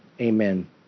amen